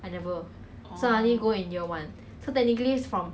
then I still go for trials you know then I cannot play lah then after that